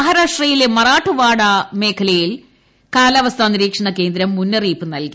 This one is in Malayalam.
മഹാരാഷ്ട്രയിലെ മറ്റത്ത്പാഡ മേഖലയിൽ കാലാവസ്ഥാ നിരീക്ഷണകേന്ദ്രം മുന്നറിയിപ്പ് നൽകി